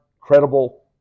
credible